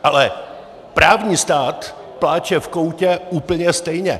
Ale právní stát pláče v koutě úplně stejně.